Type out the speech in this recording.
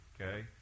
okay